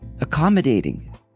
Accommodating